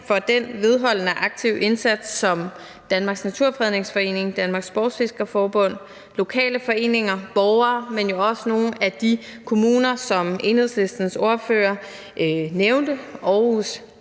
for den vedholdende, aktive indsats, som Danmarks Naturfredningsforening, Danmarks Sportsfiskerforbund, lokale foreninger, borgere, men også nogle af de kommuner, som Enhedslistens ordfører nævnte, Aarhus,